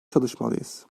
çalışmalıyız